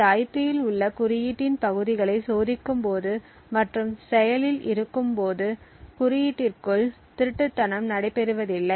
இந்த ஐபியில் உள்ள குறியீட்டின் பகுதிகளை சோதிக்கும் போது மற்றும் செயலில் இருக்கும் போது குறியீட்டிற்குள் திருட்டுத்தனம் நடைபெறுவதில்லை